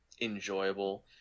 enjoyable